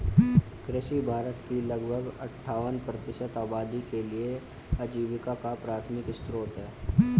कृषि भारत की लगभग अट्ठावन प्रतिशत आबादी के लिए आजीविका का प्राथमिक स्रोत है